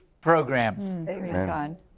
program